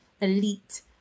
elite